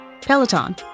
Peloton